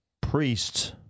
priests